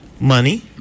Money